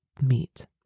meet